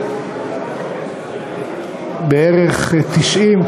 בערך 90%,